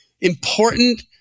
important